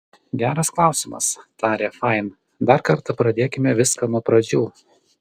geras klausimas tarė fain dar kartą pradėkime viską nuo pradžių